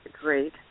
great